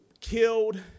killed